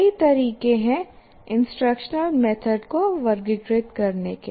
कई तरीके हैं इंस्ट्रक्शनल मेथड को वर्गीकृत करने के